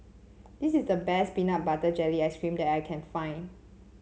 this is the best Peanut Butter Jelly Ice cream that I can find